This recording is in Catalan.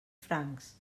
francs